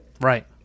right